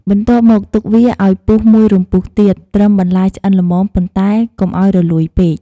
បន្ទាប់មកទុកវាឲ្យពុះមួយរំពុះទៀត ត្រឹមបន្លែឆ្អិនល្មម ប៉ុន្តែកុំឲ្យរលួយពេក។